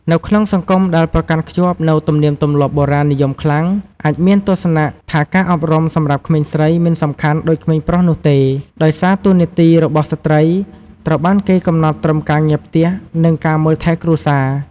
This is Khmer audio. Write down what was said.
នៅក្នុងសង្គមដែលប្រកាន់ខ្ជាប់នូវទំនៀមទម្លាប់បុរាណនិយមខ្លាំង អាចមានទស្សនៈថាការអប់រំសម្រាប់ក្មេងស្រីមិនសំខាន់ដូចក្មេងប្រុសនោះទេ ដោយសារតួនាទីរបស់ស្ត្រីត្រូវបានគេកំណត់ត្រឹមការងារផ្ទះ និងការមើលថែគ្រួសារ។